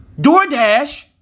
DoorDash